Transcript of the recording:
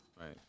Right